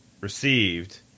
received